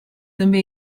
també